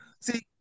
See